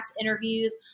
interviews